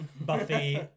Buffy